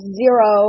zero